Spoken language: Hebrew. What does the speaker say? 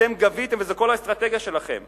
אתם גביתם, וזאת כל האסטרטגיה שלכם.